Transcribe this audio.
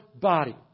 body